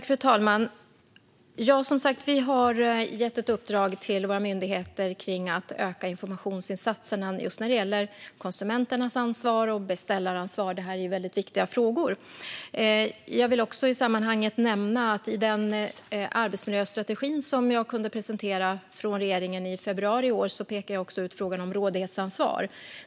Fru talman! Som sagt har vi gett ett uppdrag till våra myndigheter att öka informationsinsatserna när det gäller konsumenternas ansvar och beställaransvar. Det här är väldigt viktiga frågor. Jag vill i sammanhanget nämna att jag i den arbetsmiljöstrategi som jag kunde presentera från regeringen i februari i år pekade ut frågan om rådighetsansvar.